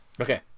Okay